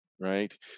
Right